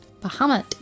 Bahamut